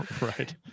Right